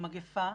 המגפה,